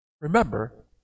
Remember